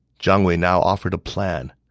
jiang wei now offered a plan.